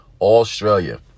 australia